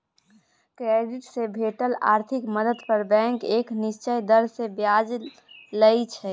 credit से भेटल आर्थिक मदद पर बैंक एक निश्चित दर से ब्याज लइ छइ